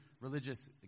religious